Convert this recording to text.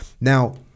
Now